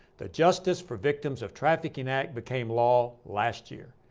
the justice for victims of trafficking ah became law last year.